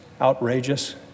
outrageous